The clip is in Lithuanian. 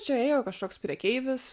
čia ėjo kažkoks prekeivis